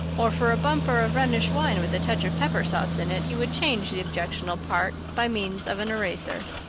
or for a bumper of rhenish wine with a touch of pepper-sauce in it he would change the objectionable part by means of an eraser.